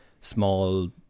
small